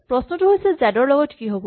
প্ৰশ্নটো হৈছে জেড ৰ লগত কি হ'ব